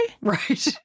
Right